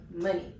money